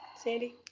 sandy